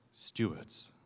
stewards